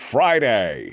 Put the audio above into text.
Friday